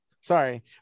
sorry